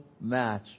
match